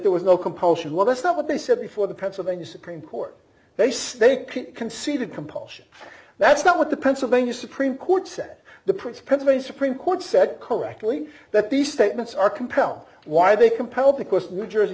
there was no compulsion well that's not what they said before the pennsylvania supreme court they staked conceded compulsion that's not what the pennsylvania supreme court said the prince prince of a supreme court said correctly that these statements are compel why they compel because new jersey